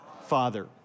father